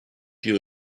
you